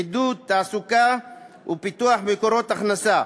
עידוד תעסוקה ופיתוח מקורות הכנסה.